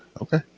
Okay